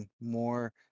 more